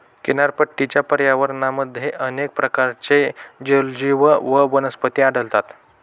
किनारपट्टीच्या पर्यावरणामध्ये अनेक प्रकारचे जलजीव व वनस्पती आढळतात